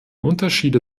unterschiede